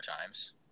times